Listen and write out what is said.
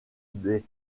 des